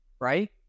right